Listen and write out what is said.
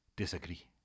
disagree